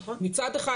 מצד אחד,